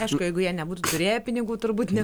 aišku jeigu jie nebūtų turėję pinigų turbūt ne